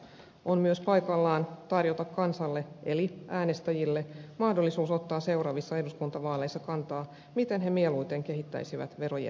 on myös paikallaan tarjota kansalle eli äänestäjille mahdollisuus ottaa seuraavissa eduskuntavaaleissa kantaa miten he mieluiten kehittäisivät verojärjestelmää